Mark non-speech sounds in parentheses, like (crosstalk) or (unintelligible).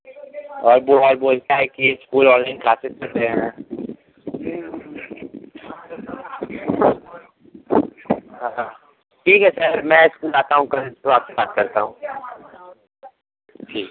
और वो बोलता है कि स्कूल कि ऑनलाइन क्लाससेस चल रहे है (unintelligible) हाँ ठीक है सर मैं स्कूल आता हूँ कल तो आपसे बात करता हूँ जी